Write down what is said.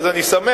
אז אני שמח,